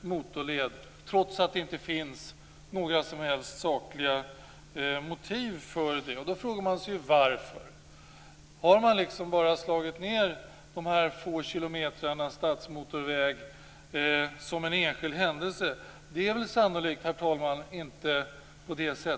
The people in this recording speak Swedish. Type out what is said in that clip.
motorled, trots att det inte finns några som helst sakliga motiv för detta. Då frågar man sig varför. Har man bara slagit ned de här få kilometerna stadsmotorväg som en enskild händelse? Det är väl sannolikt inte på det sättet, herr talman.